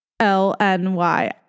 L-N-Y